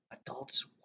adults